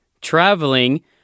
traveling